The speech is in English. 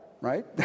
right